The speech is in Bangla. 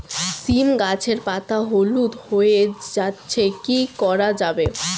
সীম গাছের পাতা হলুদ হয়ে যাচ্ছে কি করা যাবে?